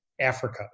Africa